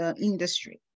industry